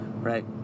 right